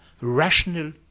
rational